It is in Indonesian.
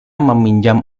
meminjam